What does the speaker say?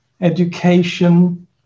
education